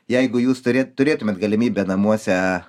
jeigu jūs turi turėtumėt galimybę namuose